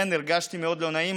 כן, הרגשתי מאוד לא נעים.